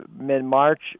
mid-March